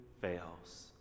fails